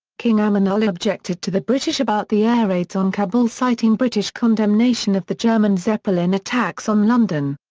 king amanullah objected to the british about the air raids on kabul citing british condemnation of the german zeppelin attacks on london.